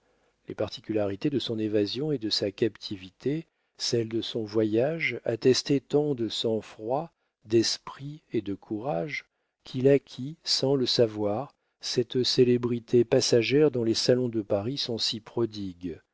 les particularités de son évasion et de sa captivité celles de son voyage attestaient tant de sang-froid d'esprit et de courage qu'il acquit sans le savoir cette célébrité passagère dont les salons de paris sont si prodigues